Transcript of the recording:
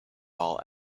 all